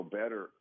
better